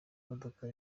imodoka